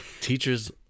Teachers